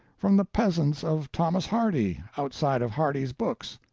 from the peasants of thomas hardy, outside of hardy's books.